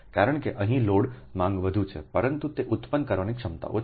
કારણ કે અહીં લોડ માંગ વધુ છે પરંતુ તે ઉત્પન્ન કરવાની ક્ષમતા ઓછી છે